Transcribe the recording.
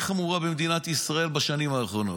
חמורה במדינת ישראל בשנים האחרונות.